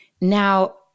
Now